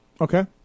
Okay